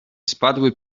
spadły